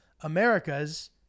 America's